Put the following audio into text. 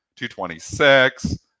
226